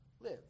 live